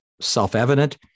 self-evident